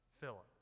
Philip